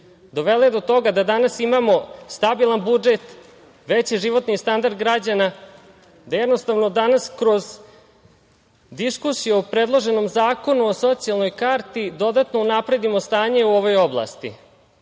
dovele do toga da danas imamo stabilan budžet, veći životni standard građana, da jednostavno danas kroz diskusiju o predloženom zakonu o socijalnoj karti dodatno unapredimo stanje u ovoj oblasti,